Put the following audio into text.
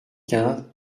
quinze